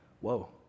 whoa